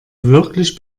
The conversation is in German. wirklich